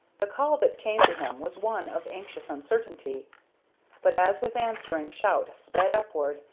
the call that came to him was one of anxious uncertainty but, as his answering shout sped upward,